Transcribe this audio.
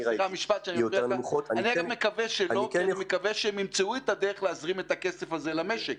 אני מקווה שימצאו את הדרך להזרים כסף למשק,